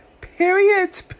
Period